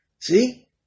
See